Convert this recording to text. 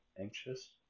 anxious